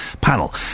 panel